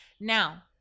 Now